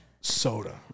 soda